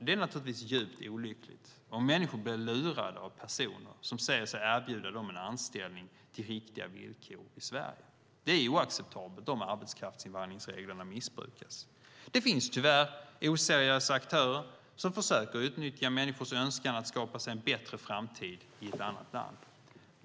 Det är naturligtvis djupt olyckligt om människor blir lurade av personer som säger sig erbjuda dem anställning till riktiga villkor i Sverige. Det är oacceptabelt om arbetskraftsinvandringsreglerna missbrukas. Det finns tyvärr oseriösa aktörer som försöker utnyttja människors önskan att skapa sig en bättre framtid i ett annat land.